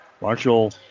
Marshall